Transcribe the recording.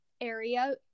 area